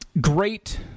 great